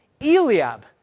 Eliab